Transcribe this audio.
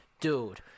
dude